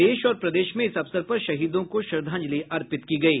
देश और प्रदेश में इस अवसर पर शहीदों को श्रद्धांजलि अर्पित की गयी